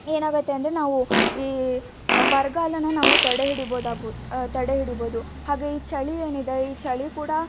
ಏನಾಗತ್ತೆ ಅಂದರೆ ನಾವು ಈ ಬರಗಾಲನ ನಾವು ತಡೆಹಿಡಿಬೋದಾಗು ತಡೆಹಿಡಿಬೋದು ಹಾಗೆ ಈ ಚಳಿ ಏನಿದೆ ಈ ಚಳಿ ಕೂಡ